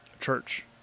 church